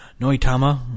Noitama